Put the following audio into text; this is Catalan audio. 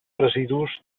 residus